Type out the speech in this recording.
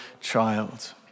child